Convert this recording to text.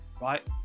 right